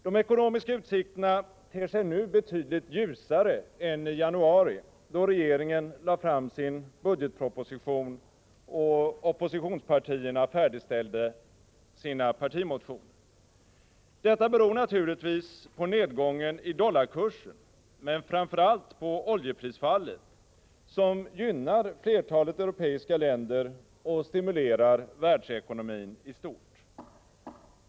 De ekonomiska utsikterna ter sig nu betydligt ljusare än i januari, då regeringen lade fram sin budgetproposition och oppositionspartierna färdigställde sina partimotioner. Detta beror naturligtvis på nedgången i dollarkursen men framför allt på oljeprisfallet, som gynnar flertalet europeiska länder och stimulerar världsekonomin i stort.